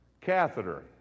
Catheter